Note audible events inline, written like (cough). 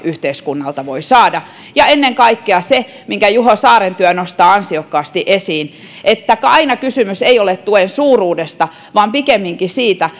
yhteiskunnalta voi saada ja ennen kaikkea se minkä juho saaren työ nostaa ansiokkaasti esiin että aina kysymys ei ole tuen suuruudesta vaan pikemminkin siitä (unintelligible)